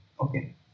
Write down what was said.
Okay